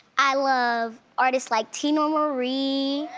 i love artists like teena marie,